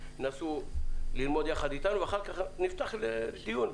תנסו ללמוד יחד אתנו ואחר-כך נפתח לדיון,